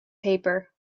paper